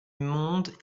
monde